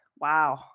wow